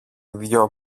δυο